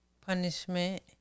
punishment